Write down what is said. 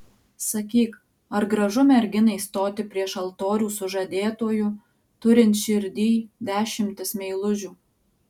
sakyk ar gražu merginai stoti prieš altorių su žadėtuoju turint širdyj dešimtis meilužių